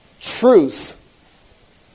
truth